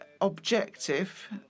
objective